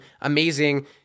amazing